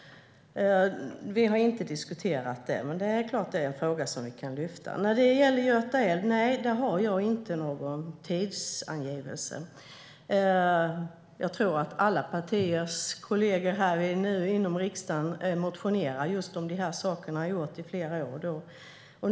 Vi har inte diskuterat det, men det är klart att det är en fråga som vi kan lyfta upp. När det gäller Göta älv har jag ingen tidsangivelse. Jag tror att kollegor från alla partier i riksdagen motionerar just om dessa saker och har så gjort i flera år.